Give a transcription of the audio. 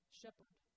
shepherd